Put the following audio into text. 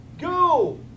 Go